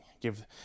Give